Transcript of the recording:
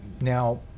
Now